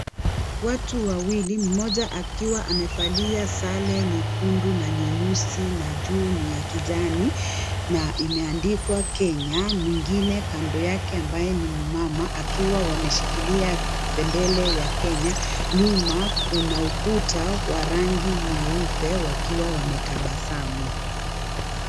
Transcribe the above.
Watu wawili mmoja akiwa amevalia sare nyekundu na nyeusi na juu ni ya kijani na imeandikwa Kenya mwingine kando yake ambaye ni mumama akiwa wameshikilia bendera ya Kenya, nyuma kuna ukuta wa rangi nyeupe wakiwa wametabasamu.